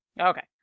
okay